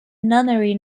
nunnery